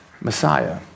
Messiah